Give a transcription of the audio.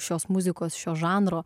šios muzikos šio žanro